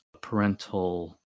parental